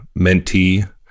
mentee